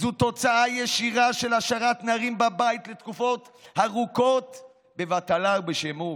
זו תוצאה ישירה של השארת נערים בבית לתקופות ארוכות בבטלה ובשיעמום.